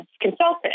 consultant